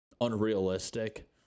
unrealistic